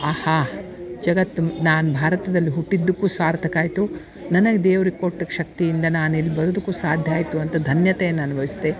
ಆಹಾ ಜಗತ್ತು ನಾನು ಭಾರತದಲ್ಲಿ ಹುಟ್ಟಿದುಕ್ಕೂ ಸಾರ್ಥಕ ಆಯಿತು ನನಗೆ ದೇವ್ರು ಕೊಟ್ಟ ಶಕ್ತಿಯಿಂದ ನಾನು ಇಲ್ಲಿ ಬರುದುಕ್ಕು ಸಾಧ್ಯ ಆಯಿತು ಅಂತ ಧನ್ಯತೆ ನಾನು ವಯ್ಸ್ತೆ